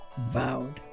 vowed